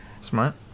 smart